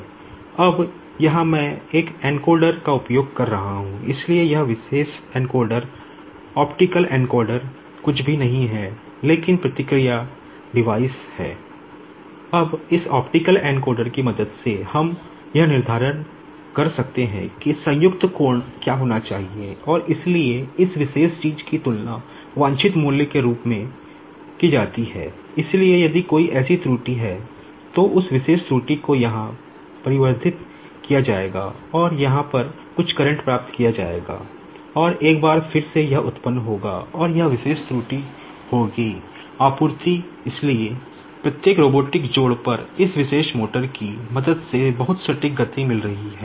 अब इस optical encoder पर इस विशेष मोटर की मदद से बहुत सटीक गति मिल रही होगी